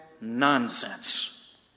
nonsense